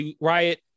riot